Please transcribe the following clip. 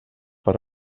per